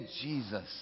Jesus